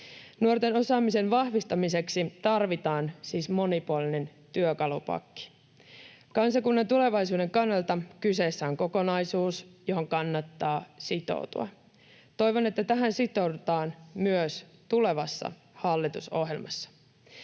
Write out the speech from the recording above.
Nuorten osaamisen vahvistamiseksi tarvitaan siis monipuolinen työkalupakki. Kansakunnan tulevaisuuden kannalta kyseessä on kokonaisuus, johon kannattaa sitoutua. Toivon, että tähän sitoudutaan myös tulevassa hallitusohjelmassa.